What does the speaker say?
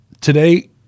today